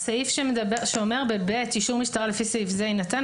סעיף קטן (ב) שאומר אישור משטרה לפי סעיף זה יינתן,